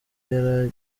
yari